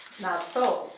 not so.